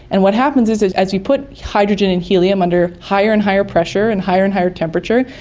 and what happens is is as you put hydrogen and helium under higher and higher pressure and higher and higher temperature,